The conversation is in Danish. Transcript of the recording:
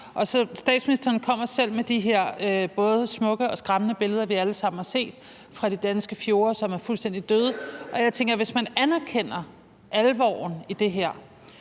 Statsministeren kommer selv med de her både smukke og skræmmende billeder, vi alle sammen har set, fra de danske fjorde, som er fuldstændig døde, og jeg tænker, at hvis man anerkender alvoren i det her,